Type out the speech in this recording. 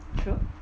sure